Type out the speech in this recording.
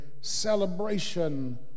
celebration